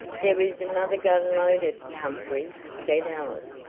there is another gun loaded, humphrey, said alice,